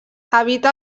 habita